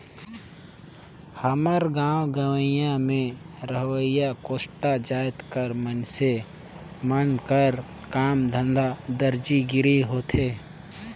हमर गाँव गंवई में रहोइया कोस्टा जाएत कर मइनसे मन कर काम धंधा दरजी गिरी होथे